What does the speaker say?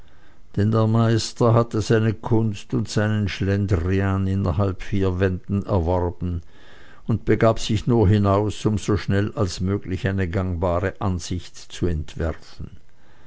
der meister hatte seine kunst und seinen schlendrian innerhalb vier wänden erworben und begab sich nur hinaus um so schnell als möglich eine gangbare ansicht zu entwerfen